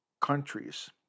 countries